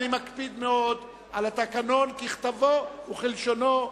אני מקפיד מאוד על התקנון ככתבו וכלשונו,